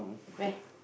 where